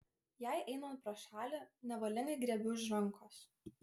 jai einant pro šalį nevalingai griebiu už rankos